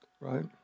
right